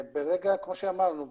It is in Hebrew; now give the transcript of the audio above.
כמו שאמרנו,